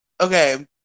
okay